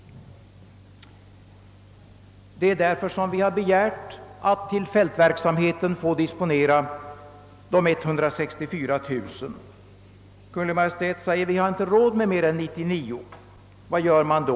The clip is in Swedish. Därför har vi begärt att för fältverksamheten få disponera de 164 000 kronorna. Kungl. Maj:t har förklarat att vi inte har råd med mer än 99 000 kronor. Vad gör man då?